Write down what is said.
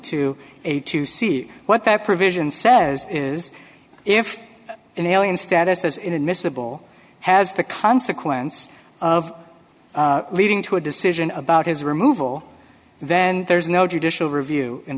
two a to see what that provision says is if an alien status is inadmissible has the consequence of leading to a decision about his removal then there is no judicial review in